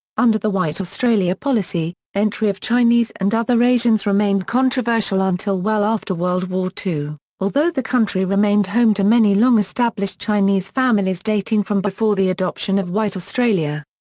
under the white australia policy, entry of chinese and other asians remained controversial until well after world war ii, although the country remained home to many long-established chinese families dating from before the adoption of white australia.